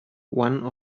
one